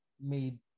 made